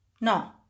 No